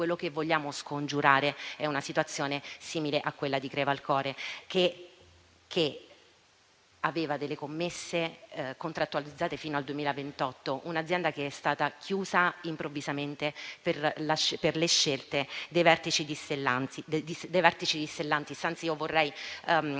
quello che vogliamo scongiurare è una situazione simile a quella di Crevalcore, che aveva delle commesse contrattualizzate fino al 2028; un'azienda che è stata chiusa improvvisamente per le scelte dei vertici di Stellantis. Anzi, vorrei